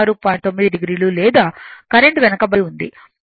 9 oలేదా కరెంట్ వెనుకబడి ఉంది ఇది 36